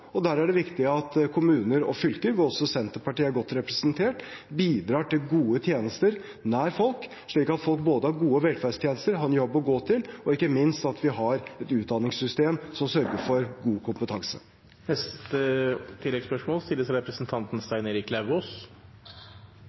og der er det viktig at kommuner og fylker, hvor også Senterpartiet er godt representert, bidrar til gode tjenester nær folk, slik at folk har gode velferdstjenester, har en jobb å gå til, og ikke minst at vi har et utdanningssystem som sørger for god